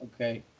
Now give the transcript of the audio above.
okay